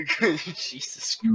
Jesus